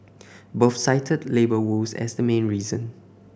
both cited labour woes as the main reason